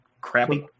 crappy